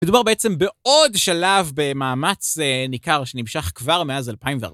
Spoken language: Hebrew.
מדובר בעצם בעוד שלב במאמץ ניכר שנמשך כבר מאז אלפיים וארב(ע עשרה)